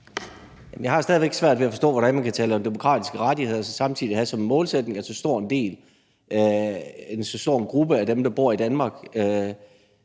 Jeg har stadig væk svært ved at forstå, hvordan man kan tale om demokratiske rettigheder og så samtidig have som målsætning, at så stor en gruppe af dem, der bor i Danmark,